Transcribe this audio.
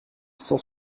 cent